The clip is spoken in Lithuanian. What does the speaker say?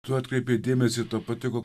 tu atkreipė dėmesį tau patiko